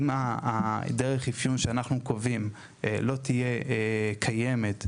אם דרך האפיון שאנחנו קובעים לא תהיה קיימת,